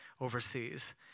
overseas